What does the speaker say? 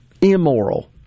immoral